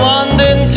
London